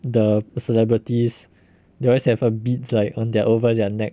the celebrities they always have a beats like on their over their neck